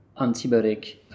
antibiotic